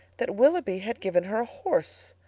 that willoughby had given her a horse,